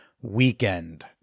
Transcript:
weekend